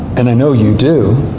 and i know you do,